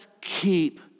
keep